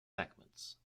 segments